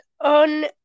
On